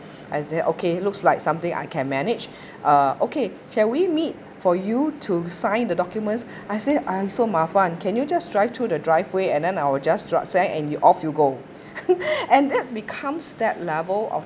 I say okay looks like something I can manage uh okay shall we meet for you to sign the documents I said !aiya! so mafan can you just drive through the driveway and then I'll just drop sign and then off you go and that becomes that level of